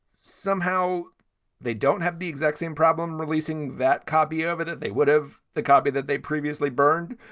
somehow they don't have the exact same problem. releasing that copy over that, they would have the copy that they previously burned.